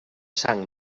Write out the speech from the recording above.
sang